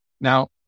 Now